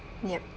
yup